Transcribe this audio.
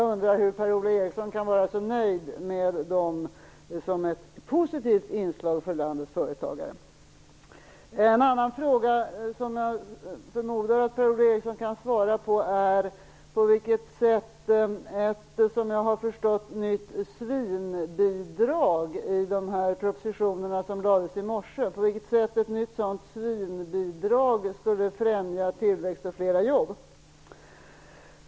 Hur kan Per-Ola Eriksson vara så nöjd med de förslagen som ett positivt inslag för landets företagare? En annan fråga som jag förmodar att Per-Ola Eriksson kan svara på är: På vilket sätt skulle, som jag uppfattat det, ett nytt svinbidrag i de propositionsförslag som lades fram i morse främja en tillväxt med fler jobb?